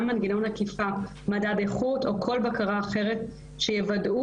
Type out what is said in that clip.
מנגנון אכיפה מדד איכות אוכל בקרה אחרת שיוודאו